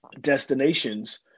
destinations